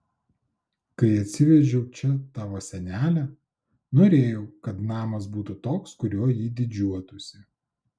kai atsivežiau čia tavo senelę norėjau kad namas būtų toks kuriuo jį didžiuotųsi